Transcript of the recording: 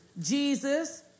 Jesus